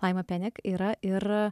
laima penek yra ir